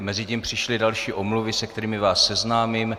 Mezitím přišly další omluvy, se kterými vás seznámím.